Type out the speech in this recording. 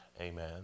amen